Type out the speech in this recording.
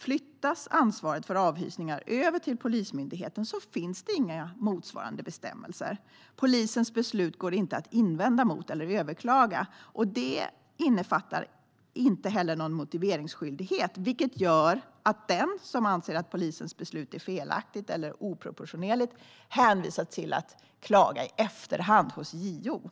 Flyttas ansvaret för avhysningar över till Polismyndigheten finns det inga motsvarande bestämmelser. Polisens beslut går inte att invända mot eller överklaga. De innefattar inte heller någon motiveringsskyldighet, vilket gör att den som anser att polisens beslut är felaktigt eller oproportionerligt hänvisas till att klaga i efterhand hos JO.